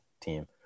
team